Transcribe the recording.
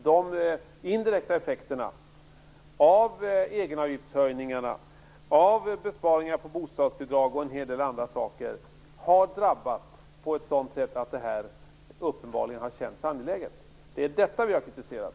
De indirekta effekterna av höjningen av egenavgifterna, besparingar på bostadsbidragen och en hel del andra saker har drabbat på ett sådant sätt att detta uppenbarligen har känts angeläget. Det är detta vi har kritiserat.